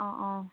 অঁ অঁ